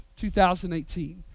2018